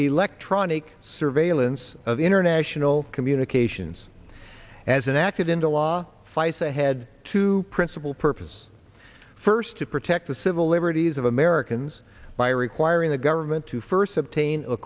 electronic surveillance of international communications as an act of into law fights ahead two principal purpose first to protect the civil liberties of americans by requiring the government to first obtain a